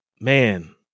man